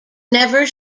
never